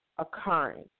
Occurring